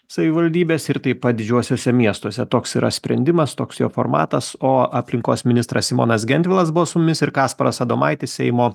savivaldybėse ir taip pat didžiuosiuose miestuose toks yra sprendimas toks jo formatas o aplinkos ministras simonas gentvilas buvo su mumis ir kasparas adomaitis seimo